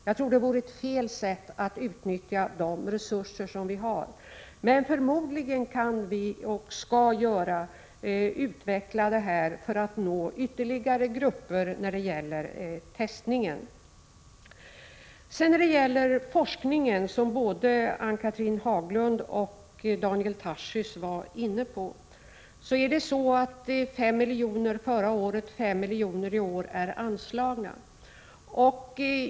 Jag tror det vore fel sätt att utnyttja de resurser vi har. Förmodligen kan vi — och skall vi — utveckla metoderna för att nå ytterligare grupper med testning. När det gäller forskningen, som både Ann-Cathrine Haglund och Daniel Tarschys var inne på, är det så att 5 milj.kr. förra året och 5 milj.kr. i år är anslagna.